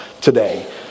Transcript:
today